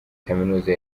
kaminuza